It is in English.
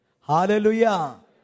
Hallelujah